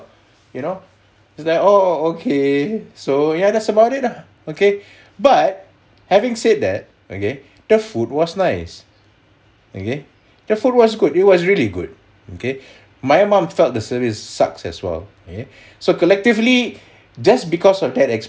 you know just that oh oh okay so ya that's about it ah okay but having said that okay the food was nice okay the food was good it was really good okay my mum felt the service sucks as well okay so collectively just because of that experience